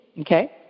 okay